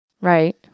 right